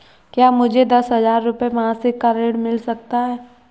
क्या मुझे दस हजार रुपये मासिक का ऋण मिल सकता है?